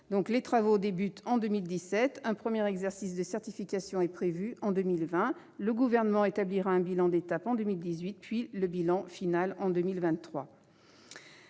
Les travaux commenceront en 2017. Un premier exercice de certification est prévu en 2020. Le Gouvernement établira un bilan d'étape en 2018, puis un bilan final en 2023.